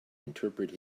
interpret